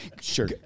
Sure